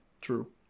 True